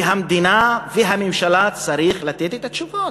והמדינה והממשלה צריכות לתת את התשובות.